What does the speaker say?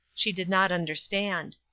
she did not understand.